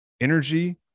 Energy